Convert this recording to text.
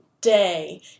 day